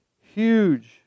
huge